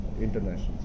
international